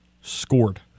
scored